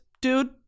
dude